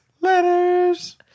Letters